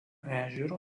ežero